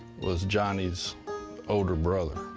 was johnny's older brother,